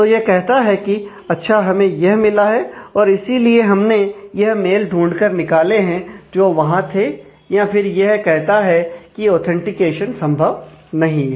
तो यह कहता है कि अच्छा हमें यह मिला है और इसीलिए हमने यह मेल ढूंढ कर निकाले हैं जो वहां थे या फिर यह कहता है की ऑथेंटिकेशन संभव नहीं है